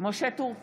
משה טור פז,